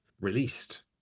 released